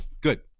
good